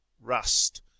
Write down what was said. rust